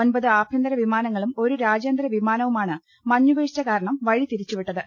ഒൻപത് ആഭ്യന്തര വിമാനങ്ങളും ഒരു രാജ്യാന്തര വിമാനവുമാണ് മഞ്ഞുവീഴ്ച കാരണം വൃഴിതിരിച്ചുവിട്ടത്